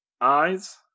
eyes